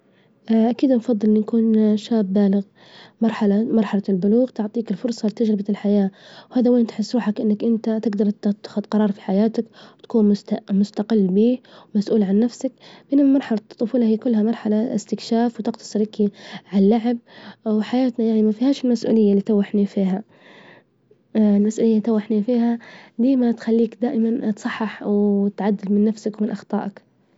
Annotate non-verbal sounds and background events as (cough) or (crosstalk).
(hesitation) كذا نفظل نكون شاب بالغ، مرحلة- مرحلة البلوغ تعطيك الفرصة لتجربة الحياة، وهذا وين تحس روحك إنك إنت تجدر تتخذ جرار في حياتك، وتكون مست- مستجل بيه، ومسؤول عن نفسك، من مرحلة الطفولة هي كلها مرحلة استكشاف، وتجتصرك على اللعب، وحياتنا يعني ما فيهاش مسؤولية فيها. (hesitation) المسؤولية تاو إحني فيها، ديما تخليك دائما تصحح وتعدل من نفسك ومن أخطاءك.